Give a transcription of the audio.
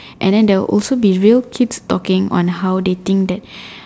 and then there will also be real kids talking on how they think that